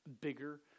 bigger